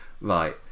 right